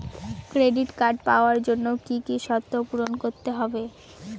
Credit card পাওয়ার জন্য কি কি শর্ত পূরণ করতে হবে?